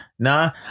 Nah